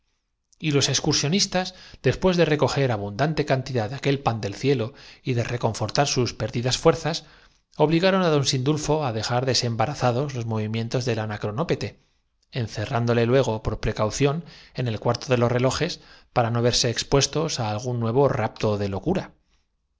y los excursionistas después de recoger abundante recibir el celestial rocío cantidad de aquel pan del cielo y de reconfortar sus es nieve exclamó juanita reparando que más que gotas aquello parecían copos perdidas fuerzas obligaron á don sindulfo á dejar desembarazados los movimientos del anacronópete tampoco ez nieve repuso con alegría penden encerrándole luégo por precaución en el cuarto de los cia al saborearlo hay dentro azi como unos chícharoz relojes para no verse expuestos á algún nuevo rapto de locura